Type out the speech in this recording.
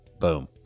Boom